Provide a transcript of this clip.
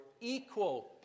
equal